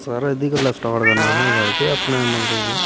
sir एह्दी गल्ला start करना असें सर कि अपने मतलब कि